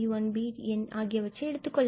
bNஐ எடுத்துக்கொள்ளவேண்டும்